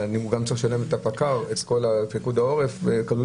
אבל כלול בזה גם פיקוד העורף.